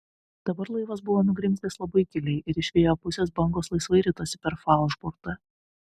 dabar laivas buvo nugrimzdęs labai giliai ir iš vėjo pusės bangos laisvai ritosi per falšbortą